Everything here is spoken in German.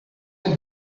den